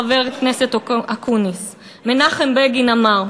חבר הכנסת אקוניס: מנחם בגין אמר: